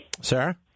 Sarah